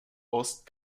ost